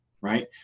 right